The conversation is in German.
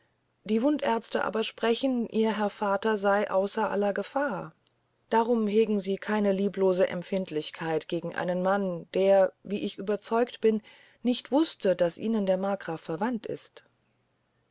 die wundärzte aber sprechen ihr herr vater sey außer aller gefahr darum hegen sie keine lieblose empfindlichkeit gegen einen mann der wie ich überzeugt bin nicht wuste daß ihnen der markgraf verwandt sey